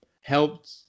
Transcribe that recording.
helped